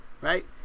right